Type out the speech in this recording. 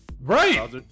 Right